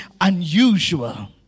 unusual